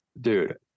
Dude